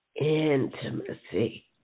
Intimacy